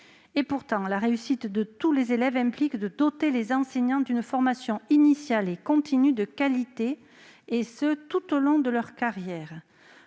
d'euros. La réussite de tous les élèves implique de doter les enseignants d'une formation initiale et continue de qualité tout au long de leur carrière.